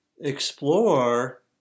explore